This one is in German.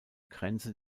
grenze